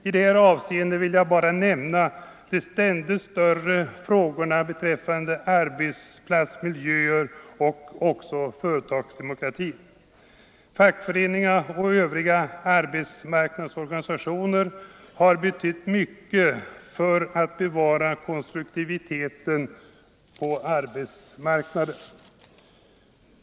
I detta avseende vill jag bara nämna de ständigt större frågorna om arbetsmiljö och företagsdemokrati. Fackföreningarna och övriga arbetsmarknadsorganisationer har betytt mycket för att bevara konstruktiviteten på arbetsmarknaden.